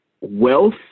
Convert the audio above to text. Wealth